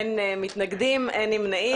אין מתנגדים, אין נמנעים.